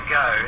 go